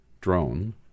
drone